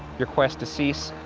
your quest to cease.